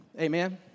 Amen